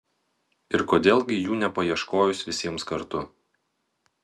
ir kodėl gi jų nepaieškojus visiems kartu